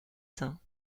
saints